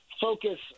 focus